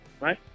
right